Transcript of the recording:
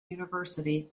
university